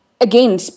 again